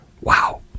Wow